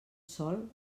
sòl